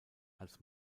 als